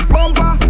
Bumper